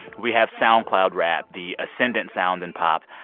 we have soundcloud rap, the ascendant sound in pop.